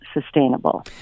sustainable